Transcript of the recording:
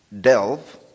delve